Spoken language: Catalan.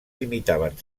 limitaven